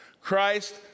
Christ